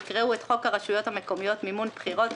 יקראו את חוק הרשויות המקומיות מימון בחירות,